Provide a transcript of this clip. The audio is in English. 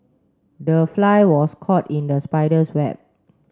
the fly was caught in the spider's web